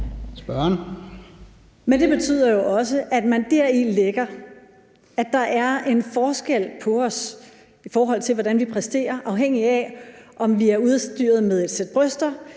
Men det betyder jo også, at man deri lægger, at der er en forskel på os, i forhold til hvordan vi præsterer, afhængigt af om vi er udstyret med et sæt bryster,